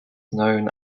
known